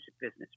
business